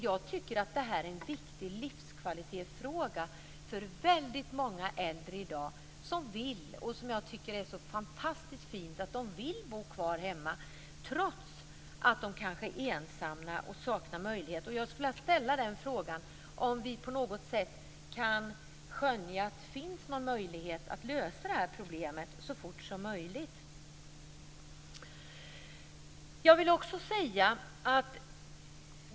Jag tycker att det är en viktig fråga om livskvalitet. Många äldre i dag vill bo kvar hemma - det är fantastiskt fint - trots att de kanske är ensamma och saknar vissa möjligheter. Kan vi skönja någon möjlighet att lösa problemet så fort som möjligt?